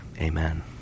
Amen